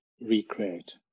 recreate